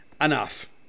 enough